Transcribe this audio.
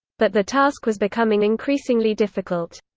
but the task was becoming increasingly difficult.